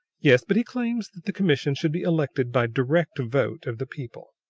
yes but he claims that the commission should be elected by direct vote of the people!